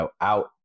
out